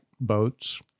boats